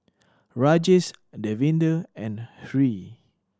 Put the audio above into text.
Rajesh Davinder and Hri